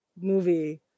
Movie